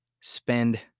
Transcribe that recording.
spend